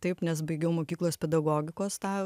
taip nes baigiau mokyklos pedagogikos tą